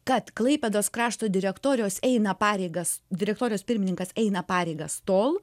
kad klaipėdos krašto direktorijos eina pareigas direktorijos pirmininkas eina pareigas tol